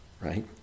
right